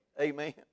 Amen